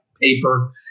paper